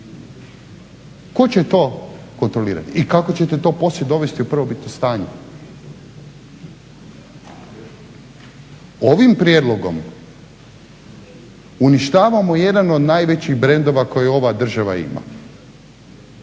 Tko će to kontrolirati i kako ćete to poslije dovesti u prvobitno stanje. Ovim prijedlogom uništavamo jedan od najvećih brendova koje ova država ima.